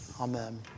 amen